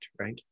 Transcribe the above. right